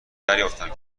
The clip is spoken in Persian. دریافتم